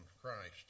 Christ